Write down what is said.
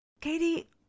Katie